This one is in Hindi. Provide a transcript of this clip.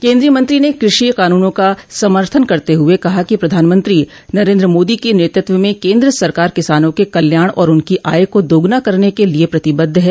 केन्द्रीय मंत्री ने कृषि कानूनों का समर्थन करते हुए कहा कि प्रधानमंत्री नरेन्द्र मोदी के नेतृत्व में केन्द्र सरकार किसानों के कल्याण और उनकी आय को दोगुना करने के लिये प्रतिबद्ध है